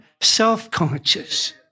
self-conscious